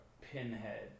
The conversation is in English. pinhead